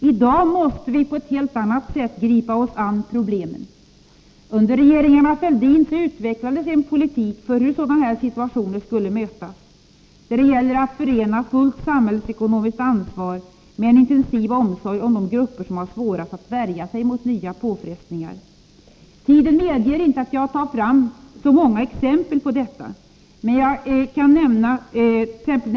I dag måste vi på ett helt annat sätt gripa oss an problemen. Under regeringarna Fälldin utvecklades en politik för hur sådana situationer skulle mötas. Det gäller att förena fullt samhällsekonomiskt ansvar med en intensiv omsorg om de grupper som har det svårast att värja sig mot nya påfrestningar. Tiden medger inte att jag tar fram så många exempel på detta. Men jag kan nämna några.